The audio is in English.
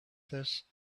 this